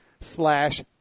slash